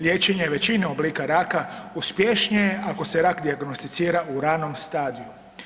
Liječenje većine oblika raka uspješnije ako se rak dijagnosticira u ranom stadiju.